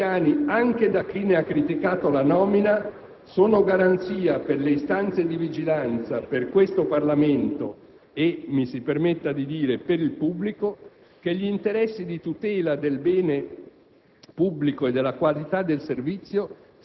Le qualità riconosciute al dottor Fabiani anche da chi ne ha criticato la nomina sono garanzia - per le istanze di vigilanza, per questo Parlamento e, mi si permetta di dire, per il pubblico - che gli interessi di tutela del bene pubblico